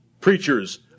preachers